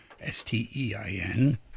S-T-E-I-N